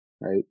right